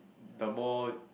the more